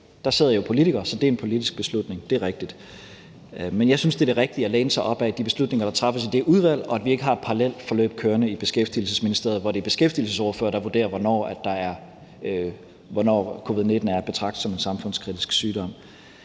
der sidder jo politikere, så det er en politisk beslutning. Det er rigtigt. Men jeg synes, at det rigtige er at læne sig op ad de beslutninger, der træffes i det udvalg, og at vi ikke har et parallelt forløb kørende i Beskæftigelsesministeriet, hvor det er beskæftigelsesordførere, der vurderer, hvornår covid-19 er at betragte som en samfundskritisk sygdom.